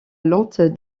lente